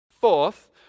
Fourth